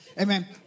amen